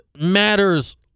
matters